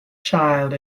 child